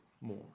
more